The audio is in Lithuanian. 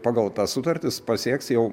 pagal tas sutartis pasieks jau